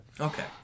okay